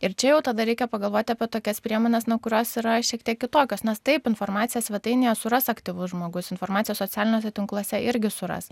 ir čia jau tada reikia pagalvoti apie tokias priemones nu kurios yra šiek tiek kitokios nes taip informaciją svetainėje suras aktyvus žmogus informacijos socialiniuose tinkluose irgi suras